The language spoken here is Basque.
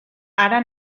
hara